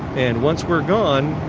and once we're gone,